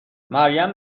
مریم